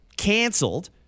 canceled